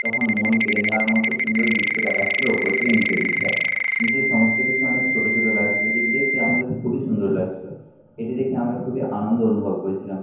তখন মন কেড়ে নেওয়ার মতো সুন্দর দিশ্য দেখাচ্ছিলো ওপর থেকে নীচের দিকটা নীচের সমস্ত কিছু অনেক ছোটো ছোটো লাগছিলো যেটি দেখতে আমাদের খুবই সুন্দর লাগছিলো এটি দেখে আমরা খুবই আনন্দ অনুভব করেছিলাম